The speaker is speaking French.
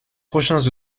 prochains